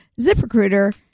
ZipRecruiter